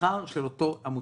השכר של אותה עמותה.